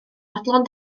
fodlon